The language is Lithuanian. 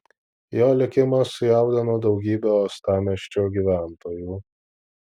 jo likimas sujaudino daugybę uostamiesčio gyventojų